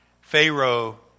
Pharaoh